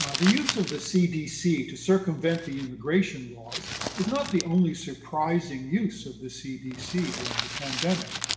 the use of the cdc to circumvent the immigration laws is not the only surprising use of the cdc during the pandemic.